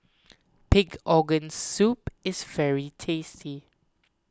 Pig's Organ Soup is very tasty